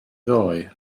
ddoe